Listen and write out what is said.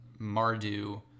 Mardu